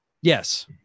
Yes